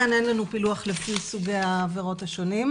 כאן אין לנו פילוח לפי סוגי העבירות השונים,